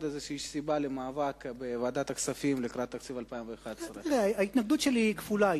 סיבה למאבק בוועדת הכספים לקראת תקציב 2011. ההתנגדות שלי היא כפולה.